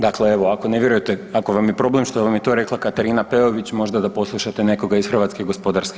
Dakle evo, ako ne vjerujete, ako vam je problem što vam je to rekla Katarina Peović, možda da poslušate nekog iz HGK.